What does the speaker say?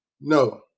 No